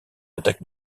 attaque